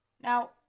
Now